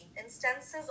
instances